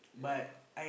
yeah